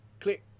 click